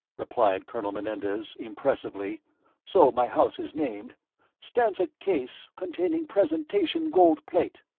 replied colonel menendez, impressively so my house is named stands a case containing presentation gold plate.